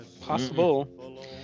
Possible